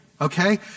Okay